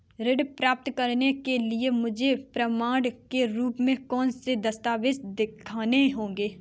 ऋण प्राप्त करने के लिए मुझे प्रमाण के रूप में कौन से दस्तावेज़ दिखाने होंगे?